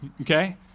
okay